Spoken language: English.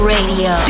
Radio